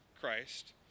Christ